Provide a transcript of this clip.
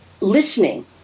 listening